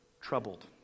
troubled